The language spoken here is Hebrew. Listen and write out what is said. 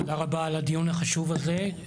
תודה רבה על הדיון החשוב הזה.